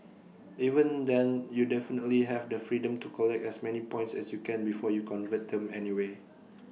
even then you definitely have the freedom to collect as many points as you can before you convert them anyway